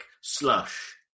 slush